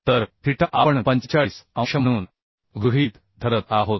तर थिटा आपण 45 अंश म्हणून गृहीत धरत आहोत